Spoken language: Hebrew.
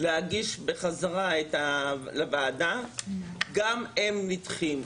להגיש בחזרה לוועדה, גם הם נדחים,